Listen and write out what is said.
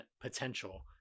potential